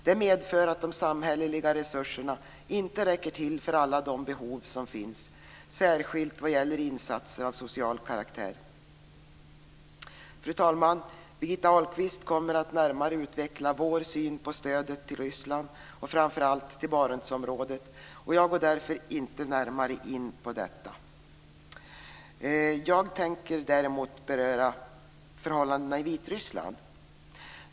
Det medför att de samhälleliga resurserna inte räcker till för alla behov som finns, särskilt vad gäller insatser av social karaktär. Herr talman! Birgitta Ahlqvist kommer att närmare utveckla vår syn på stödet till Ryssland och framför allt till Barentsområdet. Jag går därför inte närmare in på detta. Däremot tänker jag beröra förhållandena i Vitryssland.